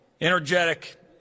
energetic